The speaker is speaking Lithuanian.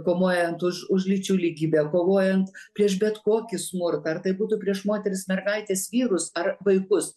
kovojant už už lyčių lygybę kovojant prieš bet kokį smurtą ar tai būtų prieš moteris mergaites vyrus ar vaikus